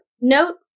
note